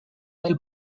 del